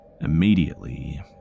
Immediately